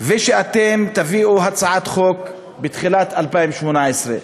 ושאתם תביאו הצעת חוק בתחילת 2018,